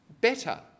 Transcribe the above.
better